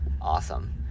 Awesome